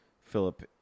Philip